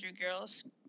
girls